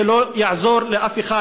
זה לא יעזור לאף אחד.